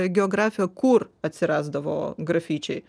geografija kur atsirasdavo grafičiai